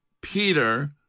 Peter